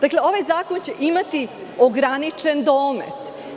Dakle, ovaj zakon će imati ograničen domet.